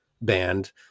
band